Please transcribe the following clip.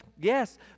Yes